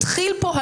יגישו כתב אישום,